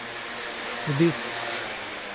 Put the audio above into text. ᱦᱩᱫᱤᱥ